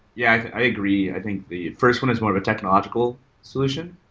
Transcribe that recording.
yeah, i agree. i think the first one is more of a technological solution.